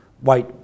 white